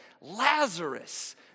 Lazarus